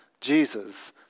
Jesus